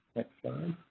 slide.